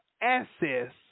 access